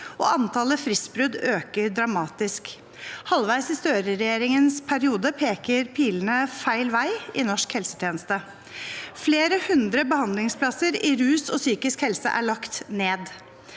og antallet fristbrudd øker dramatisk. Halvveis i Støre-regjeringens periode peker pilene feil vei i norsk helsetjeneste. Flere hundre behandlingsplasser i rus og psykisk helse er lagt ned.